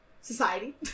Society